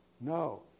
No